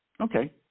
Okay